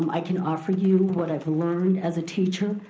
um i can offer you what i've learned as a teacher.